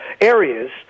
areas